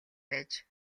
байж